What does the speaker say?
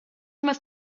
must